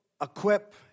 equip